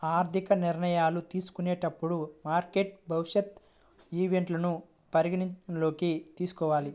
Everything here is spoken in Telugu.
ఆర్థిక నిర్ణయాలు తీసుకునేటప్పుడు మార్కెట్ భవిష్యత్ ఈవెంట్లను పరిగణనలోకి తీసుకోవాలి